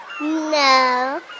No